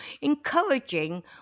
encouraging